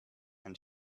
and